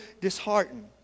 disheartened